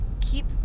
keep